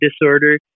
disorder